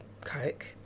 Coke